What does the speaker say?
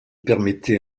permettait